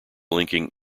linking